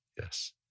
Yes